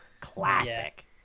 classic